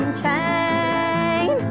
chain